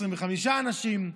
25 אנשים.